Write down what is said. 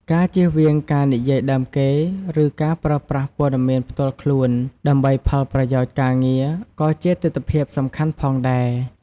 ការជៀសវាងការនិយាយដើមគេ ឬការប្រើប្រាស់ព័ត៌មានផ្ទាល់ខ្លួនដើម្បីផលប្រយោជន៍ការងារក៏ជាទិដ្ឋភាពសំខាន់ផងដែរ។